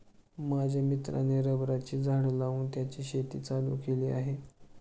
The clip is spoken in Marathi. माझ्या मित्राने रबराची झाडं लावून त्याची शेती चालू केली आहे